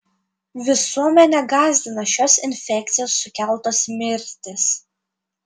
visuomenę gąsdina šios infekcijos sukeltos mirtys